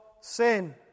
sin